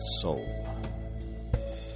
Soul